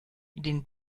den